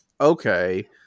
okay